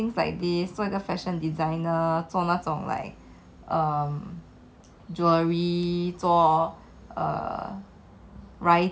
uh 做一个 fashion designer like last time last time it was a dream lah things like this 做一个 fashion designer 做那种 like